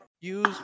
use